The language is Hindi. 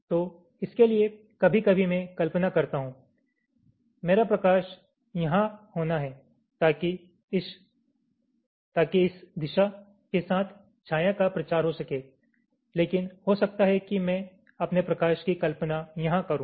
तो इसके लिए कभी कभी मैं कल्पना करता हूं मेरा प्रकाश यहां होना है ताकि इस दिशा के साथ छाया का प्रचार हो सके लेकिन हो सकता है कि मैं अपने प्रकाश की कल्पना यहां करूं